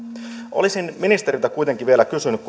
olisin ministeriltä kuitenkin vielä kysynyt